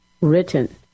written